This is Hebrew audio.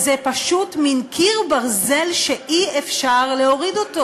זה פשוט מין קיר ברזל שאי-אפשר להוריד.